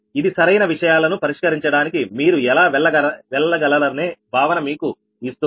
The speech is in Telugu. ఇది సరైన విషయాలను పరిష్కరించడానికి మీరు ఎలా వెళ్ళగలరనే భావన మీకు ఇస్తుంది